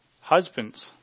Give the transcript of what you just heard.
husbands